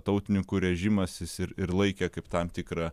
tautininkų režimas jis ir ir laikė kaip tam tikrą